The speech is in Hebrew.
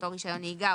אותו רישיון נהיגה,